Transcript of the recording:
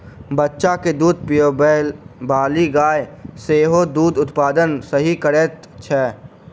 बच्चा के दूध पिआबैबाली गाय सेहो दूधक उत्पादन सही करैत छै